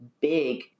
big